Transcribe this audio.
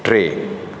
टे